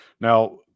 Now